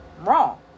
wrong